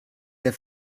der